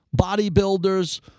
bodybuilders